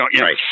Right